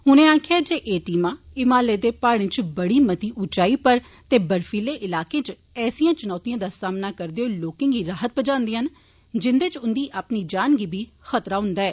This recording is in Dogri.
उनें आक्खेआ जे एह् टीमां हिमालये दे पहाड़े च बड़ी मती ऊंचाई पर ते बर्फीले इलाके च एसिए चुनौतिए दा सामना करदे होई लोकें गी राह्त पुजादियां न जिन्दे च उन्दी अपनी जान गी बी खतरा होन्दा ऐ